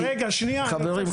חברים,